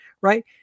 right